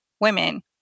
women